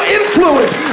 influence